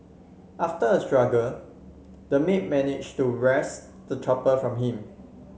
after a struggle the maid managed to wrest the chopper from him